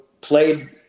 played